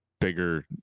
bigger